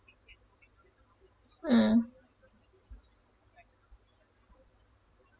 mm